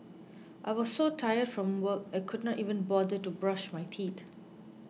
I was so tired from work I could not even bother to brush my teeth